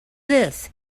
this